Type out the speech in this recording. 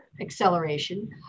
acceleration